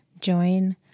join